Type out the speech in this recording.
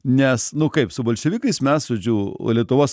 nes nu kaip su bolševikais mes žodžiu lietuvos